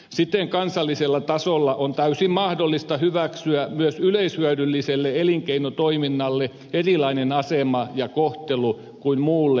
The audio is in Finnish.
siten kansallisella tasolla on täysin mahdollista hyväksyä myös yleishyödylliselle elinkeinotoiminnalle erilainen asema ja kohtelu kuin muulle liiketoiminnalle